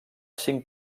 cinc